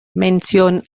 mención